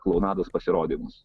klounados pasirodymus